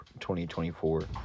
2024